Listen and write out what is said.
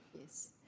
yes